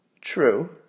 True